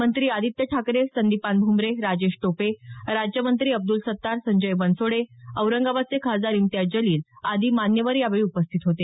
मंत्री आदित्य ठाकरे संदीपान भूमरे राजेश टोपे राज्यमंत्री अब्दुल सत्तार संजय बनसोडे औरंगाबादचे खासदार इम्तियाज जलिल आदी मान्यवर यावेळी उपस्थित होते